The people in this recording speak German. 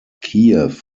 kiew